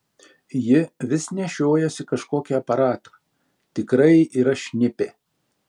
ji vis nešiojasi kažkokį aparatą tikrai yra šnipė